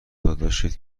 داداشت